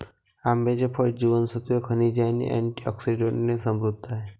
आंब्याचे फळ जीवनसत्त्वे, खनिजे आणि अँटिऑक्सिडंट्सने समृद्ध आहे